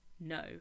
No